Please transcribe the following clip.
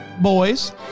boys